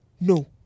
no